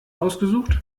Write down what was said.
ausgesucht